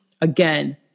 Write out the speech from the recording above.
again